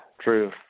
true